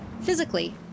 physically